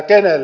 kenelle